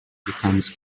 becomes